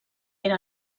era